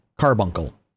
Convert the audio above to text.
Carbuncle